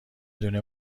دونه